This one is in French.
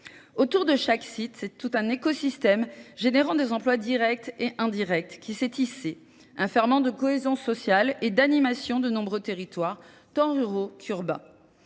Autour de chaque site, c'est tout un écosystème générant des emplois directs et indirects qui s'est tissé, un fermement de cohésion sociale et d'animation de nombreux territoires tant ruraux qu'urbains.